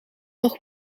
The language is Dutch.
nog